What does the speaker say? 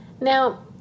Now